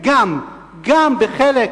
גם בחלק,